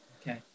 Okay